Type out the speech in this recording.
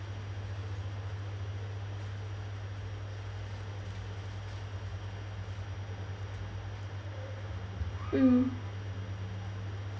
mm